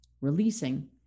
releasing